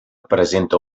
presenta